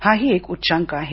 हाही एक उच्चांक आहे